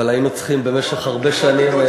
אבל היינו צריכים במשך הרבה שנים,